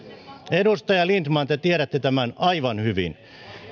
edustaja lindtman te tiedätte tämän aivan hyvin